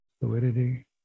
fluidity